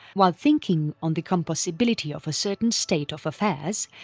while thinking on the compossibility of a certain state of affairs,